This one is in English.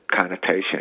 connotation